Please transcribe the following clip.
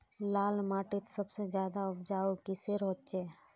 लाल माटित सबसे ज्यादा उपजाऊ किसेर होचए?